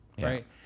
right